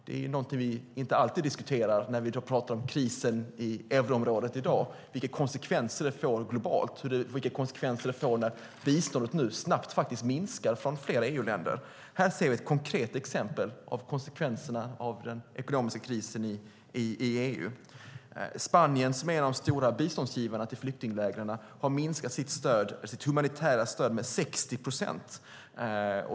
Det är något vi inte alltid diskuterar när vi pratar om krisen i euroområdet i dag, det vill säga vilka konsekvenser det blir globalt när biståndet från flera EU-länder snabbt minskar. Här ser vi ett konkret exempel på konsekvenserna av den ekonomiska krisen i EU. Spanien, som är en av de stora biståndsgivarna till flyktinglägren, har minskat sitt humanitära stöd med 60 procent.